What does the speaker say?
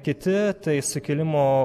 kiti tai sukilimo